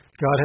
God